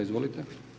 Izvolite.